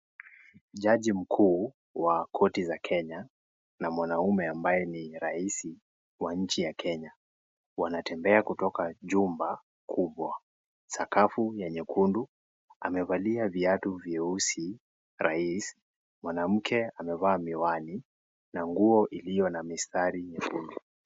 Jaji mkuu wa koti za Kenya na mwanaume ambaye ni rais wa nchi ya Kenya wanatembea kutoka jumba kubwa sakafu ya nyekundu, amevalia viatu vyeusi, rais, mwanamke amevaa miwani na nguo iliyo na mistari nyekundu.